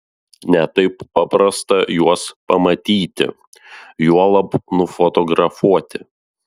ne taip paprasta juos pamatyti juolab nufotografuoti